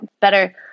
better